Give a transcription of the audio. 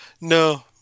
No